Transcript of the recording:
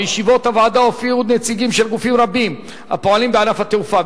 בישיבות הוועדה הופיעו נציגים של גופים רבים הפועלים בענף התעופה.